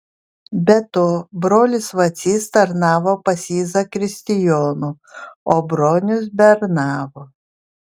be to brolis vacys tarnavo pas jį zakristijonu o bronius bernavo